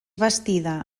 bastida